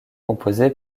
composés